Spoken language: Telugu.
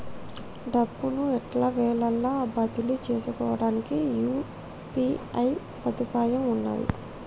డబ్బును ఎల్లవేళలా బదిలీ చేసుకోవడానికి యూ.పీ.ఐ సదుపాయం ఉన్నది